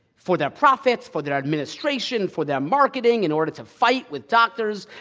for their profits, for their administration, for their marketing, in order to fight with doctors,